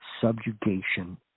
subjugation